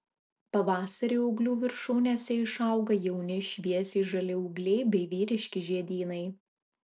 pavasarį ūglių viršūnėse išauga jauni šviesiai žali ūgliai bei vyriški žiedynai